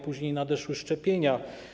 Później nadeszły szczepienia.